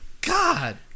God